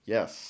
Yes